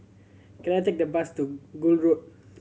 can I take the bus to Gul Road